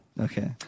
Okay